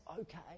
okay